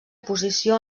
posició